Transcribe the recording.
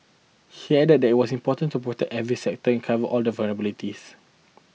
he added that it was important to protect every sector and cover all the vulnerabilities